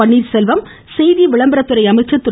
பன்னீர்செல்வம் செய்தி விளம்பரத்துறை அமைச்சர் திரு